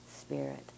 spirit